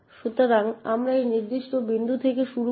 সুতরাং আমরা এই নির্দিষ্ট বিন্দু থেকে শুরু করব